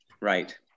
right